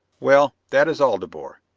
well, that is all, de boer.